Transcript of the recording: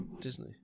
Disney